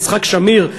יצחק שמיר,